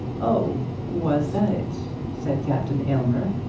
oh was that it? said captain aylmer,